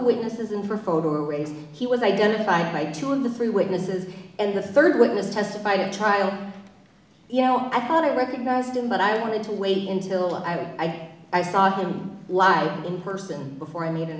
witnesses in for photo race he was identified by two in the three witnesses and the third witness testified at trial you know i thought i recognized him but i wanted to wait until i i saw him live in person before i made an